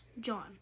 John